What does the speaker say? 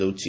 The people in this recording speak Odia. କରାଯାଉଛି